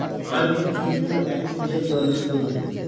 আরবি জুঁই ফুল একটি বিশেষ ধরনের সুগন্ধি ফুল